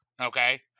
Okay